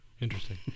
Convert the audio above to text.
Interesting